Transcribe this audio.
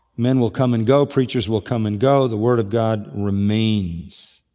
men will come and go, preachers will come and go, the word of god remains.